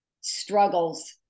struggles